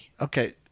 Okay